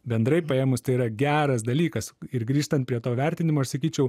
bendrai paėmus tai yra geras dalykas ir grįžtant prie to vertinimo aš sakyčiau